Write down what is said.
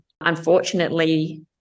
unfortunately